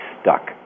stuck